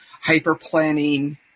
hyper-planning